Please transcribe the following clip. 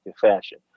fashion